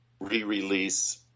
re-release